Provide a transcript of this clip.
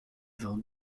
vents